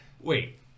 wait